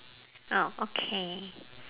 oh okay